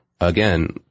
Again